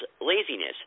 laziness